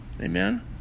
Amen